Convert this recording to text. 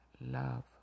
love